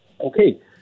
okay